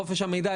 חופש המידע,